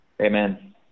Amen